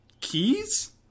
Keys